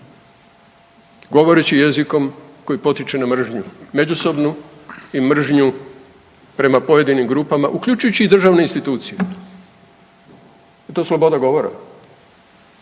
govoreći jezikom koji potiče na mržnju međusobnu i mržnju prema pojedinim grupama uključujući i državne institucije. Jel to sloboda govora?